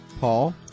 Paul